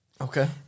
Okay